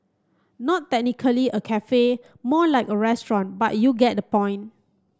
not technically a cafe more like a restaurant but you get the point